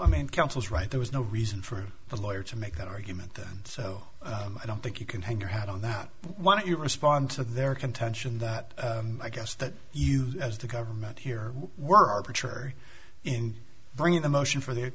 i mean counsel's right there was no reason for the lawyer to make that argument then so i don't think you can hang your hat on that why don't you respond to their contention that i guess that you as the government here were arbitrary in bringing the motion for the